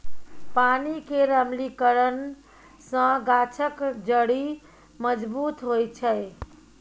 पानि केर अम्लीकरन सँ गाछक जड़ि मजबूत होइ छै